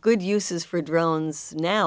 good uses for drones now